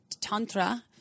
tantra